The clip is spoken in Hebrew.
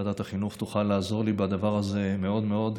ועדת החינוך תוכל לעזור לי בדבר הזה מאוד מאוד,